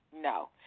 no